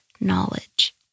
knowledge